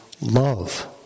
love